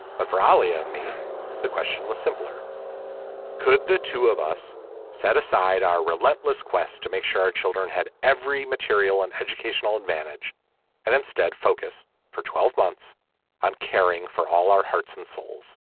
but for ali and me the question was simpler could the two of us set aside our relentless quest to make sure our children had every material and educational advantage and instead focus for twelve months on caring for all our hearts and souls.